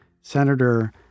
Senator